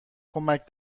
کمک